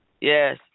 Yes